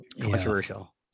controversial